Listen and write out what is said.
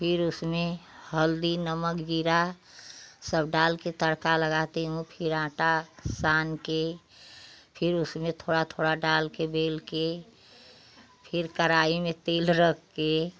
फिर उसमें हल्दी नमक ज़ीरा सब डाल के तड़का लगाती हूँ फिर आटा सान के फिर उसमें थोड़ा थोड़ा डालके बेल के फिर कढ़ाई में तेल रख के